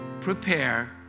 prepare